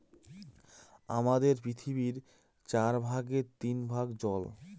আমাদের পৃথিবীর চার ভাগের তিন ভাগ জল